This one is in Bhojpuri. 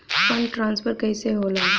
फण्ड ट्रांसफर कैसे होला?